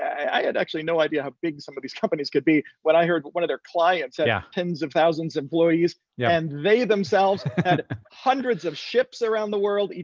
i had actually no idea how big some of these companies could be when i heard one of their clients had yeah tens of thousands of employees. yeah and they themselves had hundreds of ships around the world,